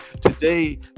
today